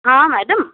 हा मैडम